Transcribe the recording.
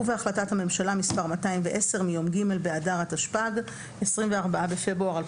ובהחלטת הממשלה מס' 210 מיום ג' באדר התשפ"ג (24 בפברואר 2023),